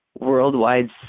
worldwide